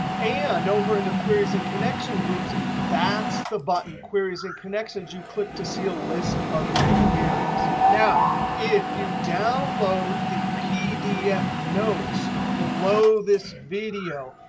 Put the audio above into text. ah and over in the queries and connection groups, that's the button queries and connections you click to see a list of your queries. now. if you download the pdf notes below this video,